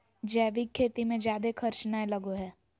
जैविक खेती मे जादे खर्च नय लगो हय